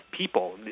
people